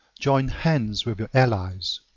join hands with your allies.